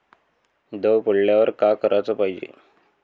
दव पडल्यावर का कराच पायजे?